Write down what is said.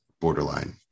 borderline